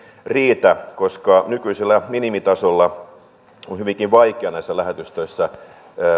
riitä koska nykyisellä minimitasolla on hyvinkin vaikea näissä lähetystöissä